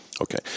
Okay